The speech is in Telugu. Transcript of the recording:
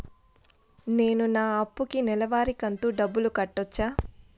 నేను నా అప్పుకి నెలవారి కంతు డబ్బులు కట్టొచ్చా?